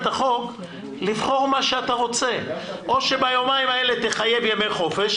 החוק לבחור מה שאתה רוצה או שביומיים האלה תחייב ימי חופש